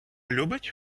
любить